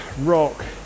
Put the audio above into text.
rock